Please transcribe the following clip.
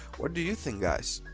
what do you think guys?